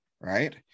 right